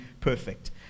perfect